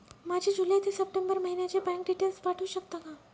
माझे जुलै ते सप्टेंबर महिन्याचे बँक डिटेल्स पाठवू शकता का?